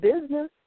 business